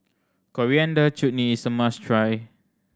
Coriander Chutney is a must try